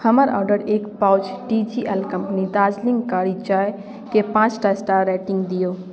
हमर ऑडर एक pouch T G L company Darjeeling कारी चाइके पाँचटा स्टार रेटिङ्ग दिऔ